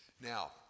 Now